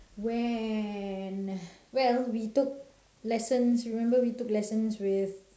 when well we took lessons remember we took lessons with